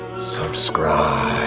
subscribe.